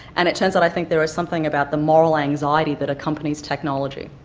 and it turns out i think there is something about the moral anxiety that accompanies technology.